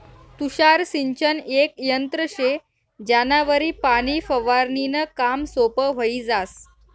तुषार सिंचन येक यंत्र शे ज्यानावरी पाणी फवारनीनं काम सोपं व्हयी जास